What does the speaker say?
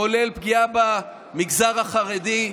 כולל פגיעה במגזר החרדי.